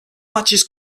matches